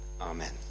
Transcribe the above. Amen